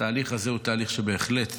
תהליך הזה הוא תהליך שבהחלט,